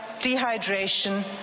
dehydration